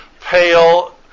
pale